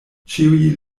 ĉiuj